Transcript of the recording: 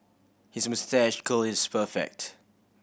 his moustache curl is perfect